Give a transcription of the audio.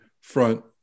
front